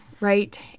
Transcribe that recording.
right